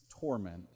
torment